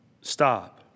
Stop